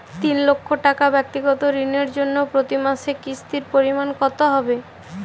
তিন লক্ষ টাকা ব্যাক্তিগত ঋণের জন্য প্রতি মাসে কিস্তির পরিমাণ কত হবে?